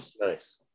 nice